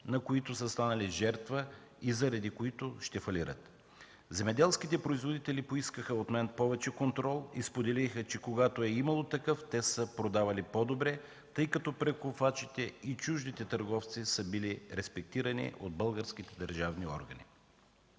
на които са станали жертва и заради които ще фалират. Земеделските производители поискаха от мен повече контрол и споделиха, че когато е имало такъв те са продавали по-добре, тъй като прекупвачите и чуждите търговци са били респектирани от българските държавни органи.